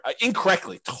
incorrectly